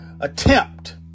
attempt